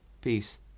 Peace